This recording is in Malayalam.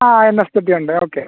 ആ ഓക്കെ